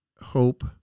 hope